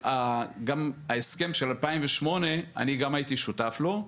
גם ההסכם של שנת 2008 שאני גם הייתי שותף לו,